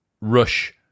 rush